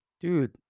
dude